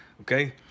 Okay